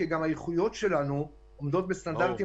כי גם האיכויות שלנו עומדות בסטנדרטים